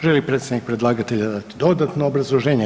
Želi li predstavnik predlagatelja dati dodatno obrazloženje?